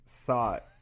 thought